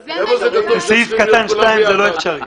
בסעיף קטן (2) זה לא אפשרי.